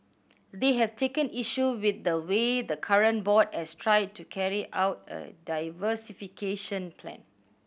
they have taken issue with the way the current board has tried to carry out a diversification plan